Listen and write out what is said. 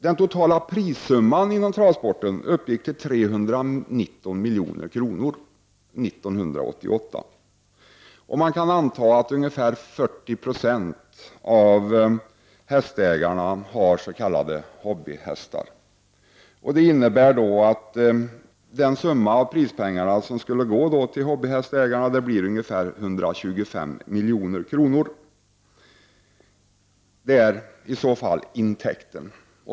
Den totala prissumman inom travsporten uppgick till 319 milj.kr. år 1988. Man kan anta att ungefär 40 96 av hästägarna har s.k. hobbyhästar. Det innebär att den summa av prispengarna som skulle gå till hobbyhästägarna är ungefär 125 milj.kr. Det är i så fall intäkten.